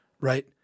right